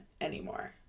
anymore